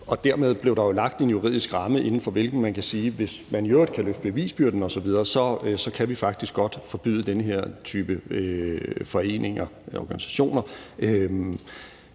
Dermed blev der jo lagt en juridisk ramme, inden for hvilken vi kan sige, at hvis man i øvrigt kan løfte bevisbyrden osv., kan vi faktisk godt forbyde den her type foreninger og organisationer.